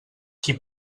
qui